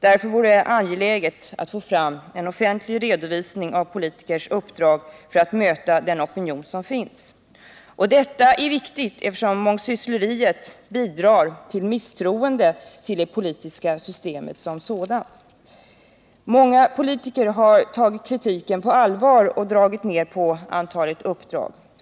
Därför vore det angeläget att få fram en offentlig redovisning av politikers uppdrag för att möta den opinion som finns. Detta är viktigt, eftersom mångsyssleriet bidrar till misstroende mot det politiska systemet som sådant. Många politiker har tagit kritiken på allvar och dragit ner på antalet uppdrag.